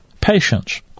patience